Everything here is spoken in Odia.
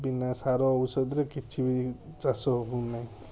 ବିନା ସାର ଔଷଧରେ କିଛି ବି ଚାଷ ହୋଉନାହିଁ